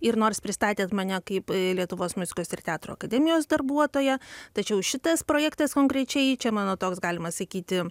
ir nors pristatėt mane kaip lietuvos muzikos ir teatro akademijos darbuotoją tačiau šitas projektas konkrečiai čia mano toks galima sakyti